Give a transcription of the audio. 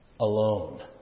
alone